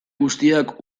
guztiak